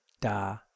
Da